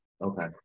Okay